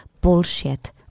Bullshit